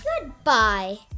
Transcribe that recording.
Goodbye